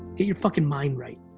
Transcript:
your fucking mind right.